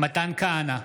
מתן כהנא,